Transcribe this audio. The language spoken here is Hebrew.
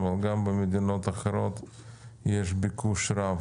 אבל גם במדינות אחרות יש ביקוש רב,